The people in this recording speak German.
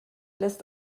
lässt